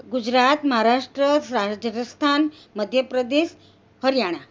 Gujarat Maharashtra Rajasthan Madhya Pradesh Haryana